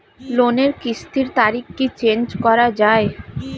লোনের কিস্তির তারিখ কি চেঞ্জ করা যায়?